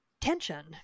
tension